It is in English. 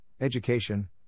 education